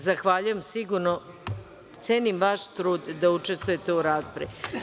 Zahvaljujem i cenim vaš trud da učestvujete u raspravi.